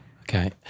Okay